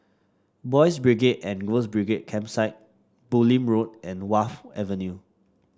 Boys' Brigade and Girls' Brigade Campsite Bulim Street and Wharf Avenue